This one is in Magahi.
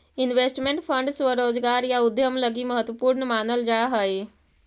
इन्वेस्टमेंट फंड स्वरोजगार या उद्यम लगी महत्वपूर्ण मानल जा हई